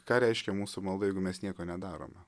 ką reiškia mūsų malda jeigu mes nieko nedarome